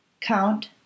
Count